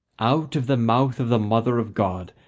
out of the mouth of the mother of god,